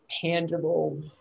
tangible